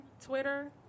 Twitter